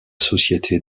société